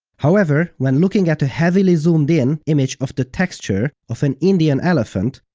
however, when looking at a heavily zoomed in image of the texture of an indian elephant,